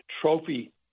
trophy